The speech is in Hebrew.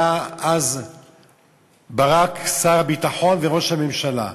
היה אז ברק שר הביטחון וראש הממשלה,